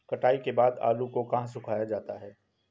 कटाई के बाद आलू को कहाँ सुखाया जाता है?